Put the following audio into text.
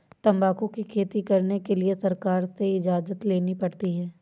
तंबाकू की खेती करने के लिए सरकार से इजाजत लेनी पड़ती है